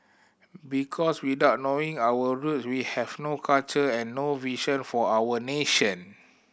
because without knowing our roots we have no culture and no vision for our nation